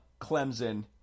Clemson